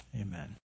amen